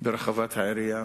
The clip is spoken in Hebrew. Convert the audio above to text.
ברחבת העירייה,